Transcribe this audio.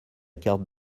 carte